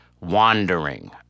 WANDERING